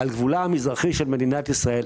על גבולה המזרחי של מדינת ישראל.